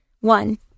One